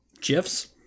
GIFs